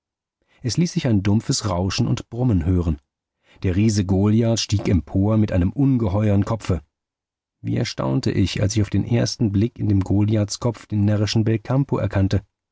es ließ sich ein dumpfes rauschen und brummen hören der riese goliath stieg empor mit einem ungeheuern kopfe wie erstaunte ich als ich auf den ersten blick in dem goliathskopf den närrischen belcampo erkannte